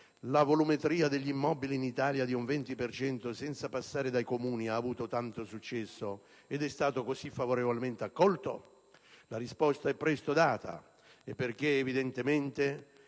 la volumetria degli immobili in Italia del 20 per cento senza passare dai Comuni, ha avuto tanto successo ed è stato così favorevolmente accolto? La risposta è presto data: il cittadino